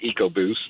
EcoBoost